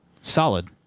Solid